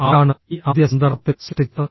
ആരാണ് ഈ ആദ്യ സന്ദർഭത്തിൽ സൃഷ്ടിച്ചത്